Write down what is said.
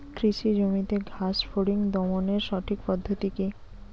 কৃষি জমিতে ঘাস ফরিঙ দমনের সঠিক পদ্ধতি কি?